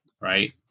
right